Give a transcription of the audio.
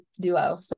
duo